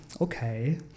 okay